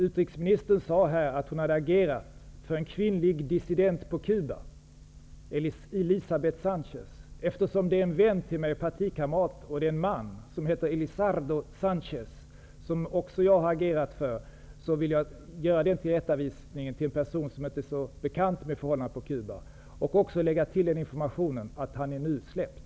Utrikesministern sade att hon hade agerat för en kvinnlig dissident på Cuba, Elisabet Sánchez. Personen i fråga är en vän och partikamrat till mig. Det är en man som heter Elisardo Sánchez och som också jag har agerat för. Jag vill göra den tillrättavisningen för personer som inte är så bekanta med förhållandena på Cuba. Jag vill också meddela att han nu är släppt.